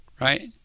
right